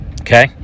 okay